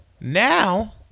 now